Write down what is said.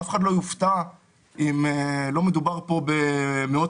אף אחד לא יופתע אם לא מדובר פה במאות-מיליונים,